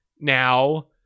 now